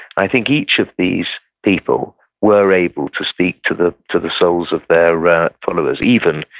i think each of these people were able to speak to the to the souls of their followers. even,